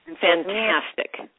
Fantastic